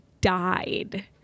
died